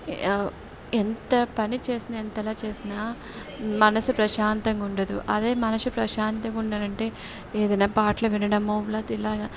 ఎంత పని చేసినా ఎంతలా చేసినా మనసు ప్రశాంతంగా ఉండదు అదే మనసు ప్రశాంతంగా ఉండాలంటే ఏదైనా పాటలు వినడమో లేకపోతే ఇలాగ